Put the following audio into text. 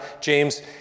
James